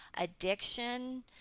addiction